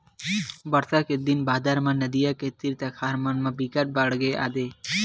बरसा के दिन बादर म नदियां के तीर तखार मन म बिकट के बाड़गे आथे